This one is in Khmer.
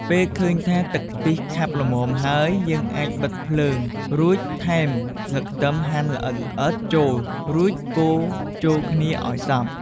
ពេលឃើញថាទឹកខ្ទិះខាប់ល្មមហើយ យើងអាចបិទភ្លើង រួចថែមស្លឹកខ្ទឹមហាន់ល្អិតៗចូល រួចកូរចូលគ្នាឲ្យសព្វ។